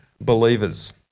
believers